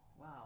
wow